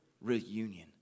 reunion